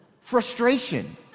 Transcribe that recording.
Frustration